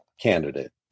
candidate